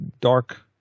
dark